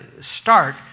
start